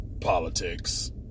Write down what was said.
politics